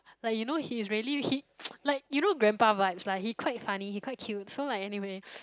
like you know he's really he like you know grandpa vibes lah he quite funny he quite cute so like anyway